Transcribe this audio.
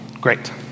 great